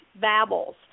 babbles